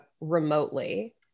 remotely